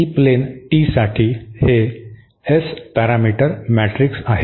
E plane टीसाठी हे S parameter matrix आहे